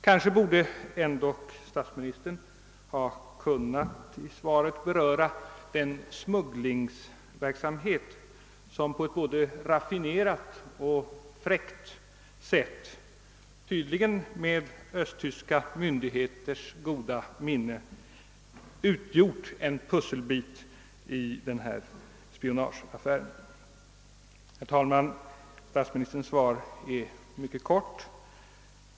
Kanske borde ändå statsministern i sitt svar ha kunnat beröra den smugglingsverksamhet som på ett både raffinerat och fräckt sätt, tydligen med östtyska myndigheters goda minne, utgjort en pusselbit i denna spionageaffär. Herr talman! Statsministerns svar är mycket kort.